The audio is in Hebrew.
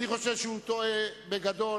אני חושב שהוא טועה בגדול.